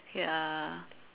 ya